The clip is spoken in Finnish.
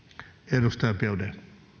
arvoisa